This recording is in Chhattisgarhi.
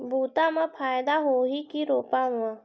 बुता म फायदा होही की रोपा म?